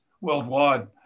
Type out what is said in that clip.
worldwide